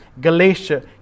Galatia